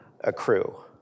accrue